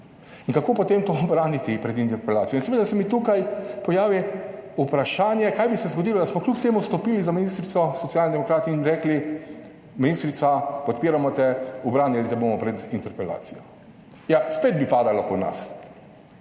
In kako potem to ubraniti pred interpelacijo in seveda se mi tukaj pojavi vprašanje, kaj bi se zgodilo, da smo kljub temu stopili za ministrico Socialni demokrati in bi rekli, ministrica, podpiramo te, ubranili te bomo pred interpelacijo. Ja, spet bi padalo po nas.